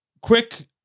Quick